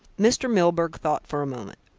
mr. milburgh thought for a moment.